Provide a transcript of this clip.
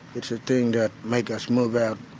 it's a thing that makes us move out,